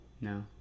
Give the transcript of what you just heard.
no